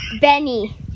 Benny